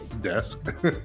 desk